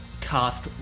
cast